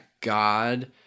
God